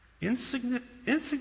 Insignificant